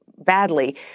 badly